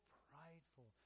prideful